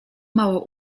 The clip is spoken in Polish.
mało